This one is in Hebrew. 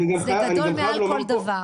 זה גדול מכל דבר.